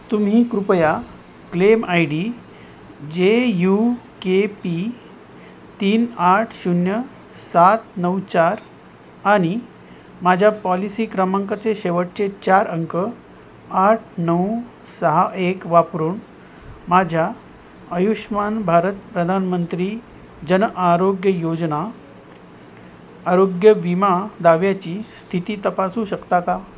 तुम्ही कृपया claim ID J U K P पी तीन आठ शून्य सात नऊ चार आणि माझ्या पॉलिसी क्रमांकाचे शेवटचे चार अंक आठ नऊ सहा एक वापरून माझ्या आयुष्मान भारत प्रधानमंत्री जन आरोग्य योजना आरोग्य विमा दाव्याची स्थिती तपासू शकता का